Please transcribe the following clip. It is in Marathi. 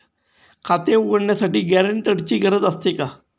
खाते उघडण्यासाठी गॅरेंटरची गरज असते का?